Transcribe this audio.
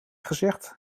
gezegd